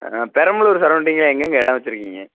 ஆ பெரம்பலூர் சரௌண்டிங்கில் எங்கேங்க இடம் வெச்சுருக்கீங்க